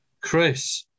Chris